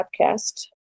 podcast